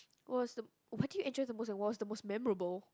was the what did you enjoy the most and what was the most memorable